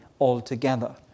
altogether